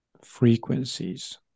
frequencies